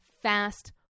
fast